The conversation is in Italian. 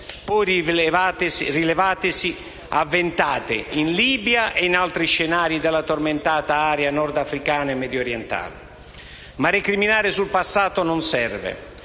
poi rivelatesi avventate, in Libia e in altri scenari della tormentata area nordafricana e mediorientale. Ma recriminare sul passato non serve.